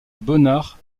bonnard